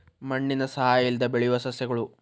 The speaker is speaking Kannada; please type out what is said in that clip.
ಮಣ್ಣಿನ ಸಹಾಯಾ ಇಲ್ಲದ ಬೆಳಿಯು ಸಸ್ಯಗಳು